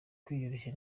kwiyoroshya